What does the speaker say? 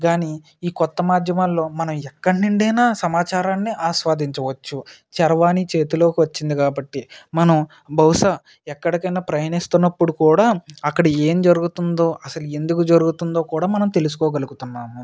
కానీ ఈ కొత్త మాధ్యమాలలో మనం ఎక్కడినుండైనా సమాచారాన్ని ఆస్వాదించవచ్చు చరవాణి చేతిలో వచ్చింది కాబట్టి మనం బహుశా ఎక్కడికైనా ప్రయాణిస్తున్నప్పుడు కూడా అక్కడ ఏం జరుగుతుందో అసలు ఎందుకు జరుగుతుందో కూడా మనం తెలుసుకోగలుగుతున్నాము